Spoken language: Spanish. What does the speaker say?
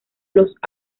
los